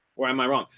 or am i wrong?